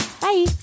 Bye